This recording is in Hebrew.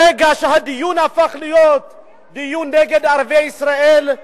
ברגע שהדיון הפך להיות דיון נגד ערביי ישראל,